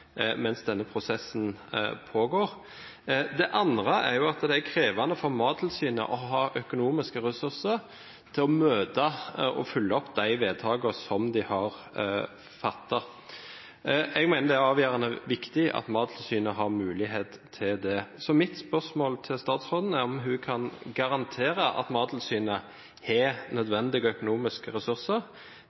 mens denne prosessen pågår. Det andre er at det er krevende for Mattilsynet å ha økonomiske ressurser til å møte og følge opp de vedtakene som de har fattet. Jeg mener det er avgjørende viktig at Mattilsynet har mulighet til det. Mitt spørsmål til statsråden er om hun kan garantere at Mattilsynet har nødvendige økonomiske ressurser